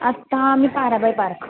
आता आम्ही ताराबाई पार्क